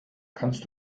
kannst